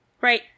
right